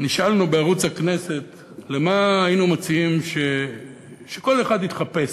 נשאלנו בערוץ הכנסת למה היינו מציעים שכל אחד יתחפש,